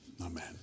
Amen